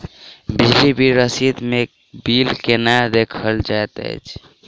बिजली बिल रसीद मे बिल केना देखल जाइत अछि?